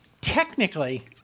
Technically